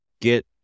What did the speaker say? get